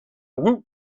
woot